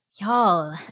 y'all